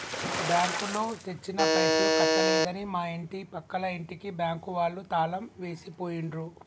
బ్యాంకులో తెచ్చిన పైసలు కట్టలేదని మా ఇంటి పక్కల ఇంటికి బ్యాంకు వాళ్ళు తాళం వేసి పోయిండ్రు